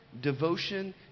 devotion